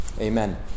Amen